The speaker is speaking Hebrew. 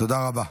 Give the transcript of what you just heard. תודה רבה.